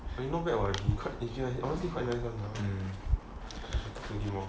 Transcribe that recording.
he not bad what he normally quite nice [one] I should talk to him more